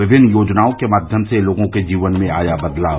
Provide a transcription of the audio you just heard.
विभिन्न योजनाओं के माध्यम से लोगों के जीवन में आया बदलाव